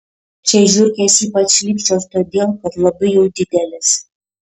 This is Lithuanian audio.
čia žiurkės ypač šlykščios todėl kad labai jau didelės